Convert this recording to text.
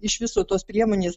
iš viso tos priemonės